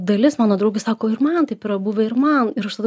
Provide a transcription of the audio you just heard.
dalis mano draugių sako ir man taip yra buvę ir man ir aš tada